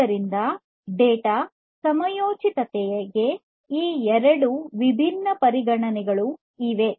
ಆದ್ದರಿಂದ ಡೇಟಾ ಸಮಯೋಚಿತತೆಗೆ ಈ ಎರಡು ವಿಭಿನ್ನ ಪರಿಗಣನೆಗಳು ಇವೆ